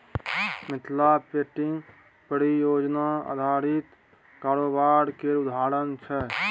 Mithila painting परियोजना आधारित कारोबार केर उदाहरण छै